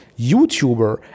YouTuber